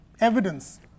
evidence